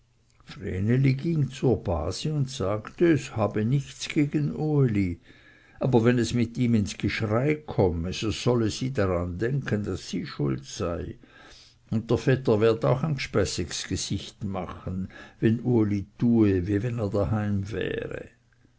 zur base und sagte es habe nichts gegen uli aber wenn es mit ihm ins geschrei komme so solle sie daran denken daß sie schuld sei und der vetter werd auch ein gspässigs gesicht machen wenn uli tue wie wenn er da daheim wäre